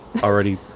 already